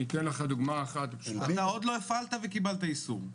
אני אתן לך דוגמא אחת פשוטה --- אתה עוד לא הפעלת וקיבלת איסור.